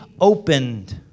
opened